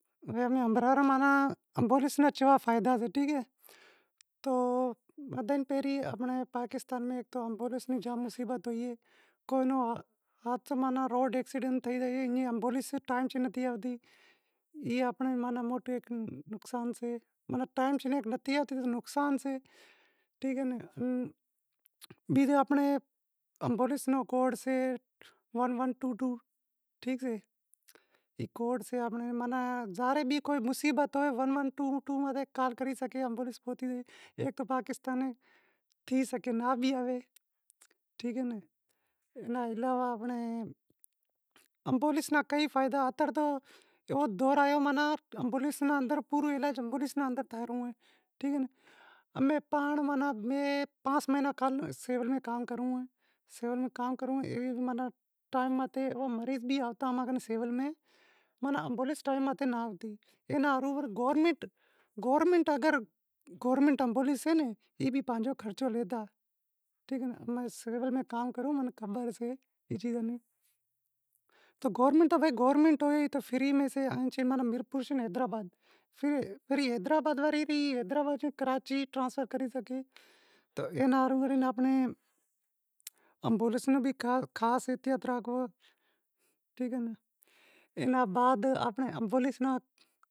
پولیس کیوا فائدا ڈیوتی، کو روڈ ماتھے ایکسیڈنٹ تھئی زائے پولیس ٹائیم تے نتھی آوتی، ای آینپڑی موٹی نقصان سے، ماناں ٹائیم سیں نتھی آوے تو نقصان سے، ٹھیک اے ناں، بیزے آنپڑے ایمبولینس رو کوڈ سے ون ون ٹو ٹو، چاں رے کیوی بھی مصیبت ہوئے، ای کوڈ ماتھے کال کری سگھے، ایک تو پاکستان اے، تھی سگھے ناں بھی آوے، ٹھیک اے ناں، ایئے ناں علاوہ پولیس ناں کئی فائدا سیں، امیں پانس مہینا سول میں کام کروں، اے ماناں ٹائیم متھے او مریض بھی امیں کن آوتا سیول میں ماناں پولیس ٹیم متھے ناںآوتی، ماناں گورمینٹ ایمبولینس سے اے بھی پانجو خرچو لیتا، ٹھیک اے ناں امیں سیول میں کام کروں امیں خبر سے ای چیزوں ری۔ تو بھائی گورمینٹ ہوئی تو فری میں سے زے میرپور سے حیدرٓباد فری سے، اینا ہاروں ایمبولینس ناں بھی خاص خیال راکھنڑو پڑشے۔